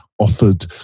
offered